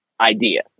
idea